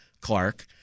Clark